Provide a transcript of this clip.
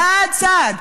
צעד-צעד.